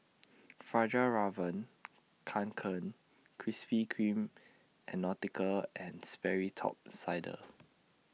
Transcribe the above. Fjallraven Kanken Krispy Kreme and Nautica and Sperry Top Sider